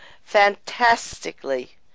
fantastically